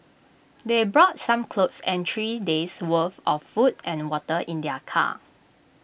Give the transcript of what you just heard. they brought some clothes and three days' worth of food and water in their car